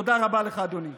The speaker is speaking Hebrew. תודה רבה לך, אדוני.